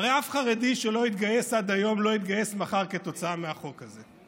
הרי אף חרדי שלא התגייס עד היום לא יתגייס מחר כתוצאה מהחוק הזה.